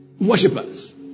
worshippers